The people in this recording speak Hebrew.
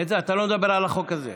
אתה לא מדבר על החוק הזה.